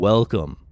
Welcome